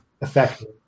effective